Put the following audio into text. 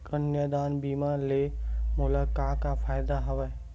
कन्यादान बीमा ले मोला का का फ़ायदा हवय?